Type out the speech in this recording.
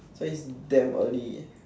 so its damn early